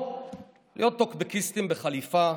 או להיות טוקבקיסטים בחליפה,